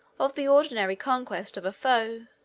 of the ordinary conquest of a foe.